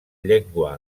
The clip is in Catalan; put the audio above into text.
llengua